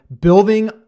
building